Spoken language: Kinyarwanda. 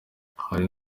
hari